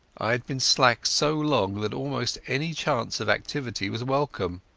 i had been slack so long that almost any chance of activity was welcome.